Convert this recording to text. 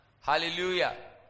Hallelujah